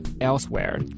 elsewhere